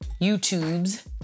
YouTubes